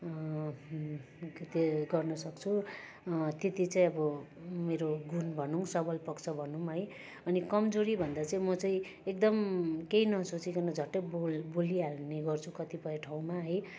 त्यो गर्नसक्छु त्यति चाहिँ अब मेरो गुण भनौँ सबल पक्ष भनौँ है अनि कमजोरी भन्दा चाहिँ म चाहिँ एकदम केही नसोचिकन झट्टै बोल बोलिहाल्ने गर्छु कतिपय ठाउँमा है